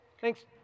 Thanks